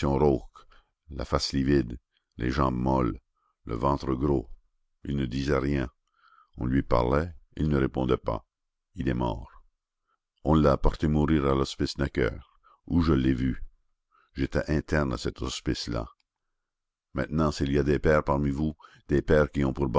la face livide les jambes molles le ventre gros il ne disait rien on lui parlait il ne répondait pas il est mort on l'a apporté mourir à l'hospice necker où je l'ai vu j'étais interne à cet hospice là maintenant s'il y a des pères parmi vous des pères qui ont